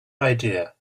idea